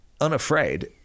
unafraid